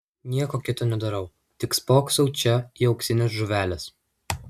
nieko kito nedarau tik spoksau čia į auksines žuveles